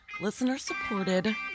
listener-supported